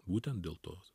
būtent dėl tos